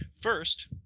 First